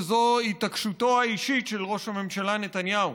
שזאת התעקשותו האישית של ראש הממשלה נתניהו,